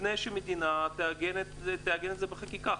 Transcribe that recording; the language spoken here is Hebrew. לפני שהמדינה תעגן את זה בחקיקה.